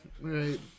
Right